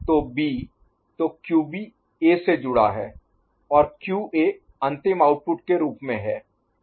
तो B तो QB A से जुड़ा है और QA अंतिम आउटपुट के रूप में है